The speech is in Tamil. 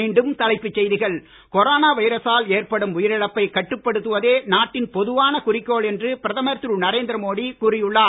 மீண்டும் தலைப்புச் செய்திகள் கொரோனா வைரசால் ஏற்படும் உயிரிழப்பை கட்டுப்படுத்துவதே நாட்டின் பொதுவான குறிக்கோள் என்று பிரதமர் திரு நரேந்திர மோடி கூறி உள்ளார்